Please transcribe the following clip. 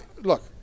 Look